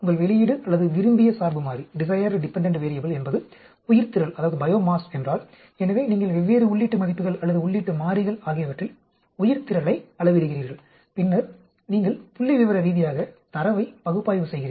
உங்கள் வெளியீடு அல்லது விரும்பிய சார்பு மாறி என்பது உயிர்த்திரள் என்றால் எனவே நீங்கள் வெவ்வேறு உள்ளீட்டு மதிப்புகள் அல்லது உள்ளீட்டு மாறிகள் ஆகியவற்றில் உயிர்த்திரளை அளவிடுகிறீர்கள் பிறகு நீங்கள் புள்ளிவிவர ரீதியாக தரவை பகுப்பாய்வு செய்கிறீர்கள்